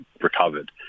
recovered